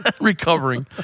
recovering